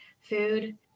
food